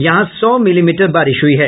यहां सौ मिलीमीटर बारिश हुई है